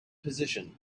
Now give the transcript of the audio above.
position